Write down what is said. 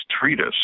treatise